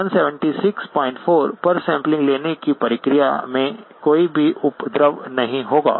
तो 1764 पर सैंपलिंग लेने की प्रक्रिया में कोई भी उपद्रव नहीं होगा